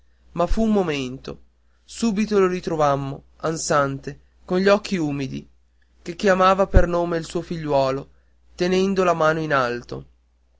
ma fu un momento subito lo ritrovammo ansante con gli occhi umidi che chiamava per nome il figliuolo tenendo la mano in alto